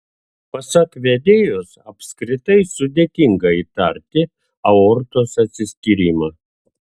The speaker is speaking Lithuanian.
pasak vedėjos apskritai sudėtinga įtarti aortos atsiskyrimą